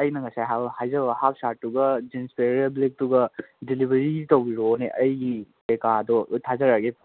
ꯑꯩꯅ ꯉꯁꯥꯏ ꯍꯥꯏꯖꯕ ꯍꯥꯞ ꯁꯥꯔꯠꯇꯨꯒ ꯖꯤꯟꯁ ꯄꯦꯔꯦꯔꯦꯜ ꯕ꯭ꯂꯦꯛꯇꯨꯒ ꯗꯤꯂꯤꯕꯔꯤ ꯇꯧꯕꯤꯔꯛꯑꯣꯅꯦ ꯑꯩꯒꯤ ꯀꯩꯀꯥꯗꯣ ꯊꯥꯖꯔꯛꯑꯒꯦ